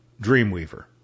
Dreamweaver